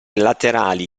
laterali